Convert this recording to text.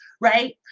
right